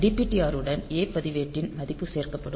dptr உடன் A பதிவேட்டின் மதிப்பு சேர்க்கப்படும்